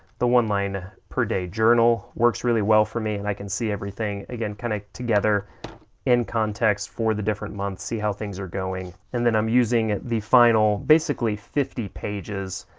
the one line per day journal works really well for me and i can see everything again, kind of together in context for the different months, see how things are going. and then i'm using the final, basically fifty pages,